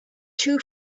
too